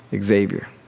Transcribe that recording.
Xavier